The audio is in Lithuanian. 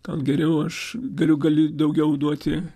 gal geriau aš galiu gali daugiau duoti